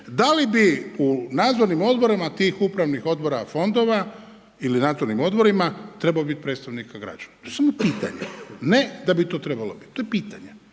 da li bi u nadzornim odborima tih upravnih odbora fondova ili nadzornim odborima trebalo biti predstavnika građana? To je samo pitanje, ne da bi to trebalo biti. To je pitanje